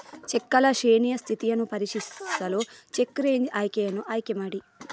ಚೆಕ್ಗಳ ಶ್ರೇಣಿಯ ಸ್ಥಿತಿಯನ್ನು ಪರಿಶೀಲಿಸಲು ಚೆಕ್ ರೇಂಜ್ ಆಯ್ಕೆಯನ್ನು ಆಯ್ಕೆ ಮಾಡಿ